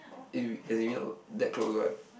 eh we as in we not that close what